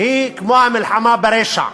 כמו המלחמה ברשע.